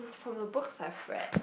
from the books I've read